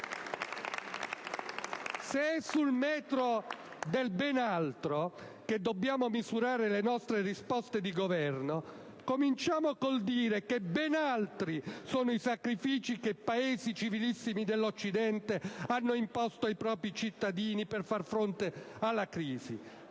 se è sul metro del "ben altro" che dobbiamo misurare le nostre risposte di Governo, cominciamo col dire che ben altri sono i sacrifici che Paesi civilissimi dell'Occidente hanno imposto ai propri cittadini per far fronte alla crisi.